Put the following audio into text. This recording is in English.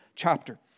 chapter